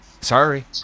sorry